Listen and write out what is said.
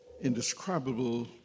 indescribable